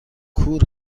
کور